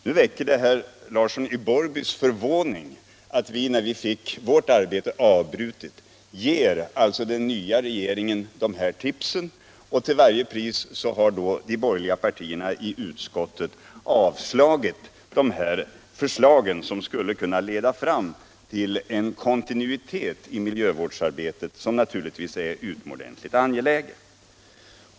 Nu väcker det herr Larssons i Borrby förvåning att vi när vi fick vårt arbete avbrutet ger den nya regeringen de här förslagen. Förslag som skulle kunna leda fram till en kontinuitet i miljövårdsarbetet som naturligtvis är utomordentligt angelägen.